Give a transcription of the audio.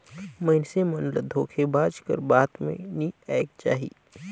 मइनसे मन ल धोखेबाज कर बात में नी आएक चाही